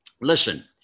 Listen